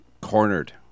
cornered